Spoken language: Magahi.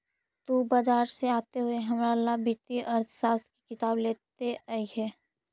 तु बाजार से आते हुए हमारा ला वित्तीय अर्थशास्त्र की किताब लेते अइहे